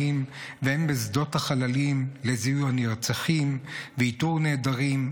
והן בשדות החללים לזיהוי הנרצחים ואיתור נעדרים,